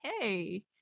hey